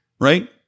right